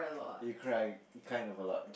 you cry kind of a lot